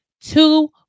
two